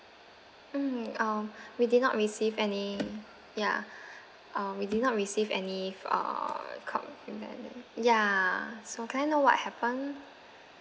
mm um we did not receive any ya um we did not receive any uh compliment ya so can I know what happen